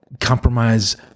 compromise